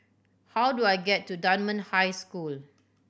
how do I get to Dunman High School